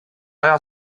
aja